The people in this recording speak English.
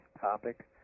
topic